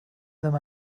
them